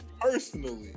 personally